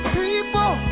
people